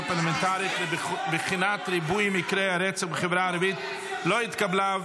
פרלמנטרית לבחינת ריבוי מקרי הרצח בחברה הערבית לא התקבלה,